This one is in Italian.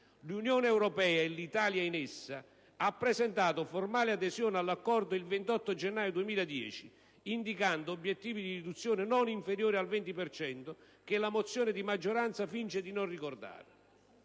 L'Unione europea, e l'Italia in essa, ha presentato formale adesione all'accordo il 28 gennaio 2010, indicando obiettivi di riduzione non inferiore al 20 per cento, che la mozione di maggioranza finge di non ricordare.